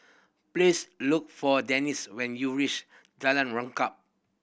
please look for Denise when you reach Jalan Rengkam